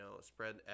spread